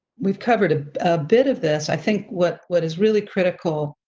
we've covered a bit of this. i think what what is really critical